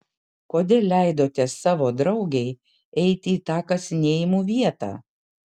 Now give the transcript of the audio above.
kodėl leidote savo draugei eiti į tą kasinėjimų vietą